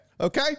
Okay